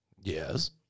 Yes